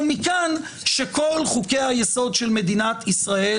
ומכאן שכל חוקי היסוד של מדינת ישראל,